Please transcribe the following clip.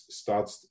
starts